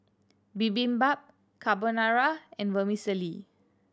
Bibimbap Carbonara and Vermicelli